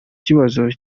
kibazo